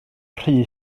rhy